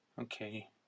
Okay